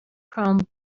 chrome